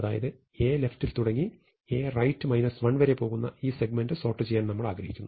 അതായത് A left ൽ തുടങ്ങി A right 1 വരെ പോകുന്ന ഈ സെഗ്മെന്റ് സോർട്ട് ചെയ്യാൻ നമ്മൾ ആഗ്രഹിക്കുന്നു